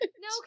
No